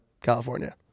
California